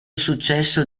successo